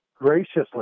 graciously